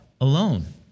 alone